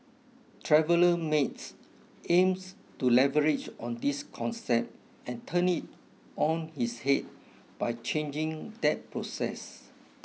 Traveller Mates aims to leverage on this concept and turn it on its head by changing that process